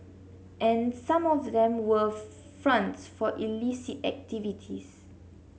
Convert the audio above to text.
and some of them were fronts for illicit activities